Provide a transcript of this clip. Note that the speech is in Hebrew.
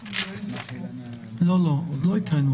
התיקון לא עסק בה,